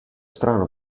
strano